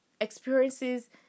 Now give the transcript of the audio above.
experiences